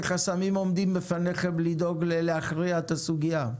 חסמים עומדים בפניכם לדאוג להכריע את הסוגיה?